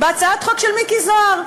בהצעת החוק של מיקי זוהר.